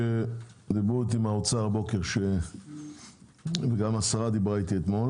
דיברו איתי בוקר מהאוצר גם השרה דיברה איתי אתמול